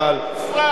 זה מופרך.